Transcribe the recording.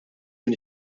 min